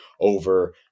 over